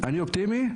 אני אופטימי,